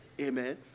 Amen